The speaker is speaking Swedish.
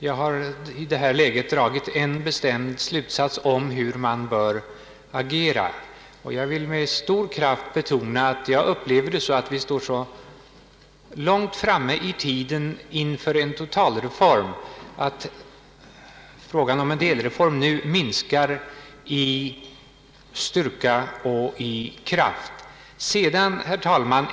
Jag har i detta läge dragit en bestämd slutsats om hur man bör agera, och jag vill bara med stor kraft betona, att jag upplever det så att vi står så långt framme i tiden inför en totalreform, att frågan om en delreform nu minskar i styrka och kraft. Herr talman!